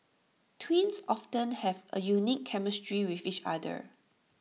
twins often have A unique chemistry with each other